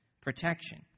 protection